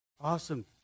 Awesome